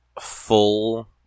full